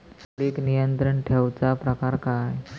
किडिक नियंत्रण ठेवुचा प्रकार काय?